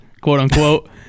quote-unquote